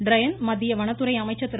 ட்ரயன் மத்திய வனத்துறை அமைச்சர் திரு